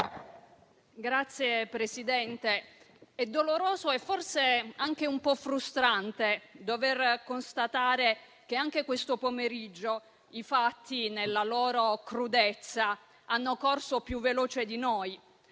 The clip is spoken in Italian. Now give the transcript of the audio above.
Signor Presidente, è doloroso e forse anche un po' frustrante dover constatare che anche questo pomeriggio i fatti, nella loro crudezza, hanno corso più veloce di noi.